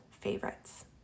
favorites